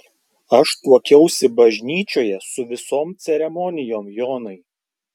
aš tuokiausi bažnyčioje su visom ceremonijom jonai